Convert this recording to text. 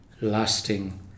lasting